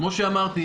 כפי שאמרתי,